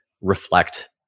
reflect